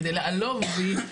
כדי לעלוב בי,